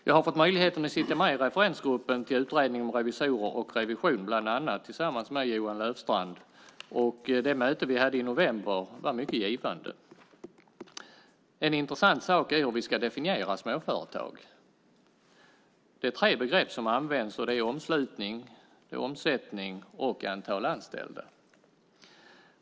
Jag har fått möjligheten att sitta med i referensgruppen till utredningen om revisorer och revision, bland annat tillsammans med Johan Löfstrand, och det möte vi hade i november var mycket givande. En intressant sak är hur vi ska definiera småföretag. Det är tre begrepp som används: omslutning, omsättning och antal anställda.